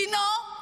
דינו,